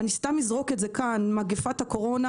אזרוק את זה כאן מגפת הקורונה,